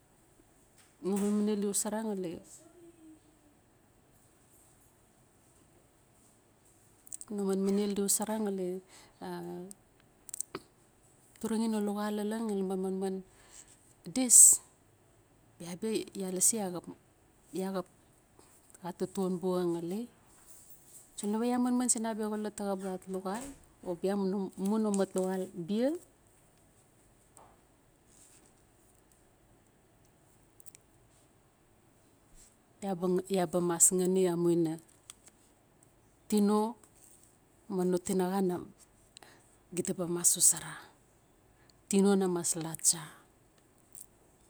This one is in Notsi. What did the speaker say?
No manmanel di xosara ngali no manmanel di xosora ngali a aturunxi no luxal lalan nglai naba manman dis bia bi ya lasi ya xap, ya xap xa taton buxa nglai. Tasol nawe ya manman sin abia xolot taxap gat luxal o bia mu no mat luxal bia ya ba mas xani amunia tino ma no tinaxa na gita ba mas xosara tino na mas la cha.